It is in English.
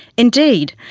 indeed,